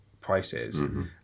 prices